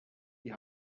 die